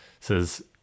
says